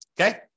Okay